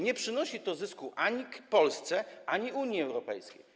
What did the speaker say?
Nie przynosi to zysku ani Polsce, ani Unii Europejskiej.